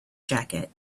jacket